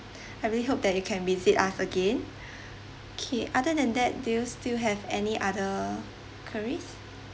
I really hope that you can visit us again okay other than that do you still have any other queries